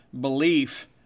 belief